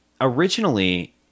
originally